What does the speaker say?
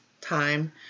time